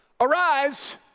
arise